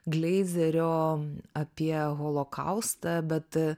gleizerio apie holokaustą bet